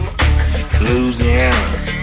Louisiana